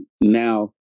now